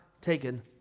taken